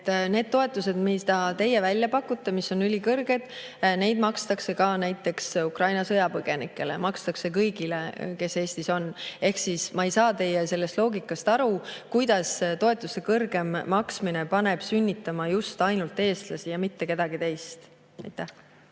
Need toetused, mida teie välja pakute ja mis on ülikõrged, neid makstakse ka näiteks Ukraina sõjapõgenikele, makstakse kõigile, kes Eestis on. Ma ei saa teie loogikast aru, kuidas suuremate toetuste maksmine paneb sünnitama ainult eestlasi ja mitte kedagi teist. Aitäh!